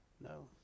No